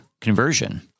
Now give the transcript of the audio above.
conversion